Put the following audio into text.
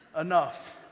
Enough